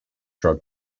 drug